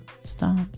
Stop